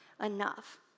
enough